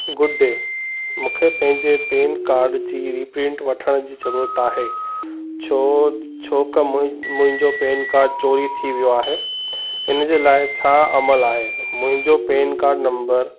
good day मूंखे पंहिंजे PAN card जी रीप्रिंट वठण जी ज़रूरत आहे छो छो के मुंहिंजो मुंहिंजो पैन कार्ड चोरी थी वियो आहे इन जे लाइ छा अमल आहे मुंहिंजो पैन कार्ड नम्बर